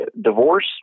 divorce